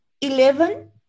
Eleven